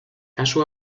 kasu